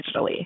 digitally